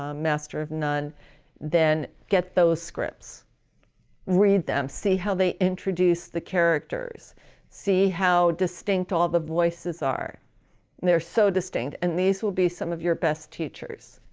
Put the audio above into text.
ah master of none then get those scripts read them see how they introduce the characters see how distinct all the voices are they're so distinct and these will be some of your best teachers